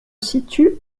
situe